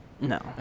No